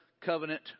covenant